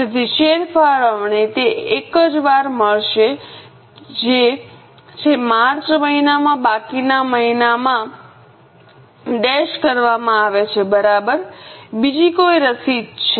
તેથી શેર ફાળવણી તે એક જ વાર મળશે જે છે માર્ચ મહિનામાં બાકીના મહિનામાં ડેશ કરવામાં આવે છે બરાબર બીજી કોઈ રસીદ છે